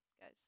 guys